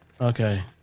Okay